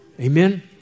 Amen